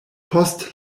post